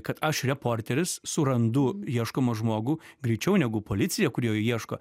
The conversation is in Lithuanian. kad aš reporteris surandu ieškomą žmogų greičiau negu policija kuri jo ieško